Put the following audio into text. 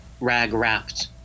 rag-wrapped